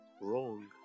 wrong